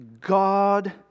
God